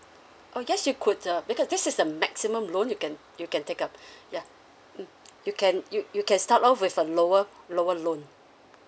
oh yes you could uh because this is the maximum loan you can you can take up ya mm you can you you can start off with a lower lower loan